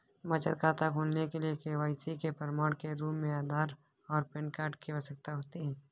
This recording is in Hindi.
बचत खाता खोलने के लिए के.वाई.सी के प्रमाण के रूप में आधार और पैन कार्ड की आवश्यकता होती है